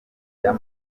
bya